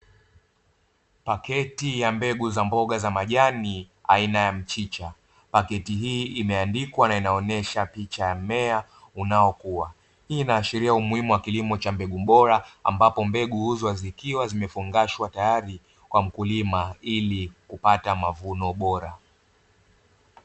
Pakiti ya mbegu za mboga za majani aina ya mchicha, pakiti hii imeandikwa na inaonesha picha ya mmea unaokua, hii inaashiria umuhimu wa kilimo cha mbegu bora, ambapo mbegu huuzwa zikiwa zimefungashwa tayari kwa mkulima ili kupata mavuno bora.